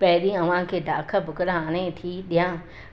पहिरीं अव्हां खे ॾाख भुॻिड़ा आणे थी ॾियां